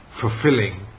fulfilling